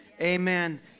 Amen